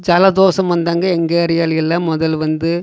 ஜலதோஷம் வந்தாங்க எங்கள் ஏரியாவிலயெல்லாம் முதல்ல வந்து